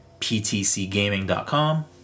ptcgaming.com